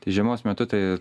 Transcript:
tai žiemos metu tai